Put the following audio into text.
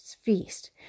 feast